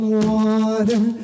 water